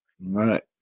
right